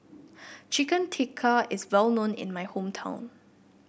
Chicken Tikka is well known in my hometown